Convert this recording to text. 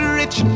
rich